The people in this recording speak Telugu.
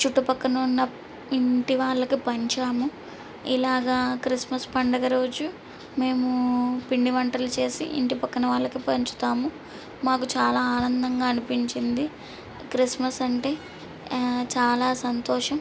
చుట్టుపక్కన ఉన్న ఇంటి వాళ్ళకి పంచాము ఇలాగ క్రిస్మస్ పండుగ రోజు మేము పిండి వంటలు చేసి ఇంటి పక్కన వాళ్ళకి పంచుతాము మాకు చాలా ఆనందంగా అనిపించింది క్రిస్మస్ అంటే చాలా సంతోషం